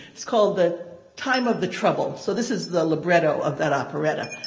it's called the time of the trouble. so this is the libretto of that operetta.